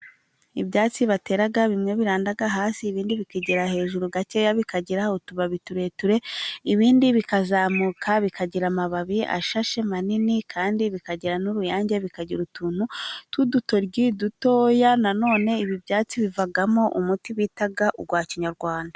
Ibyatsi batera bimwe biranda hasi, ibindi bikagera hejuru gakeya bikagira utubabi turerure, ibindi bikazamuka bikagira amababi ashashe manini kandi bikagira n'uruyange, bikagira utuntu tw'udutoryi dutoya. Na none ibi byatsi bivamo umuti bita uwa kinyarwanda.